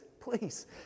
please